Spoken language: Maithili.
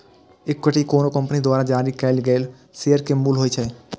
इक्विटी कोनो कंपनी द्वारा जारी कैल गेल शेयर के मूल्य होइ छै